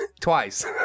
Twice